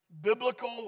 Biblical